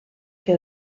que